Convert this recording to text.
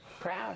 Proud